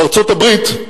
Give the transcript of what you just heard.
ארצות-הברית,